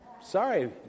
sorry